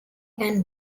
and